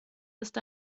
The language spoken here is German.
ist